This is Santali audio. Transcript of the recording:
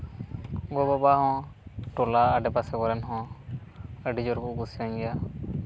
ᱜᱚ ᱵᱟᱵᱟ ᱦᱚᱸ ᱴᱚᱞᱟ ᱟᱰᱮᱯᱟᱥᱮ ᱠᱚᱨᱮᱱ ᱦᱚᱸ ᱟᱹᱰᱤ ᱡᱳᱨ ᱠᱚ ᱠᱩᱥᱤᱭᱟᱹᱧ ᱜᱮᱭᱟ